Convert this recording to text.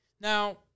Now